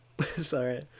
Sorry